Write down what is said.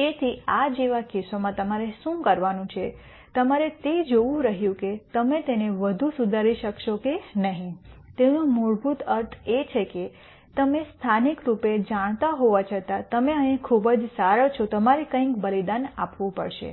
તેથી આ જેવા કેસોમાં તમારે શું કરવાનું છે તમારે તે જોવું રહ્યું કે તમે તેને વધુ સુધારી શકશો કે નહીં તેનો મૂળભૂત અર્થ એ છે કે તમે સ્થાનિક રૂપે જાણતા હોવા છતાં તમે અહીં ખૂબ જ સારા છો તમારે કંઈક બલિદાન આપવું પડશે